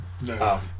no